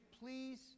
please